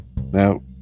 Now